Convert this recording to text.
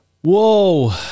whoa